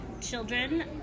children